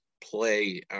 play –